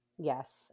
Yes